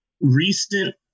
recent